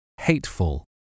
hateful